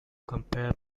compare